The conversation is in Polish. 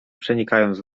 przenikając